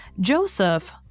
Joseph